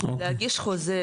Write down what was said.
להגיש חוזה,